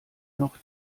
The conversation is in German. noch